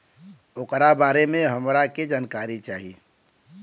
ओकरा बारे मे हमरा के जानकारी चाही?